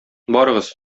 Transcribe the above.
барыгыз